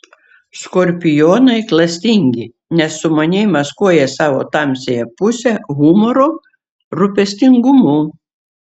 skorpionai klastingi nes sumaniai maskuoja savo tamsiąją pusę humoru rūpestingumu